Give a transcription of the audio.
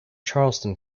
charleston